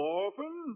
orphan